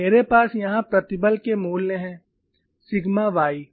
और मेरे पास यहाँ प्रतिबल के मूल्य हैं सिग्मा y